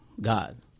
God